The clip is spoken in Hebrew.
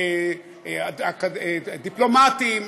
דיפלומטים,